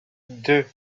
deux